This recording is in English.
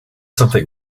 something